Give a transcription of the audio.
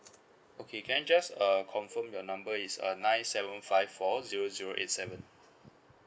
okay can I just uh confirm your number is uh nine seven five four zero zero eight seven